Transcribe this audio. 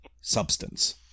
substance